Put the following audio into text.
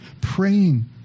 praying